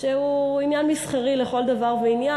שהוא עניין מסחרי לכל דבר ועניין.